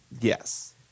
Yes